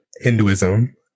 Hinduism